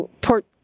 Port